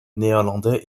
néerlandais